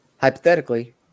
hypothetically